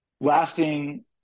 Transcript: lasting